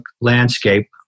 landscape